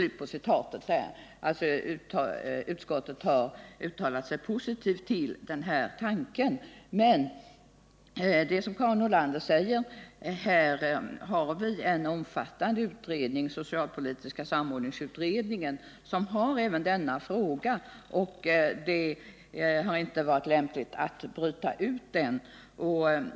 Utskottet har alltså uttalat sig positivt till den här tanken, men som Karin Nordlander framhållit pågår här ett omfattande utredningsarbete inom socialpolitiska samordningsutredningen, som har att behandla även denna fråga. Utskottet har inte ansett det vara lämpligt att bryta ut den här frågan ur utredningsarbetet.